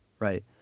Right